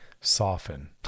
soften